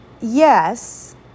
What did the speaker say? yes